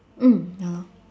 mm ya lor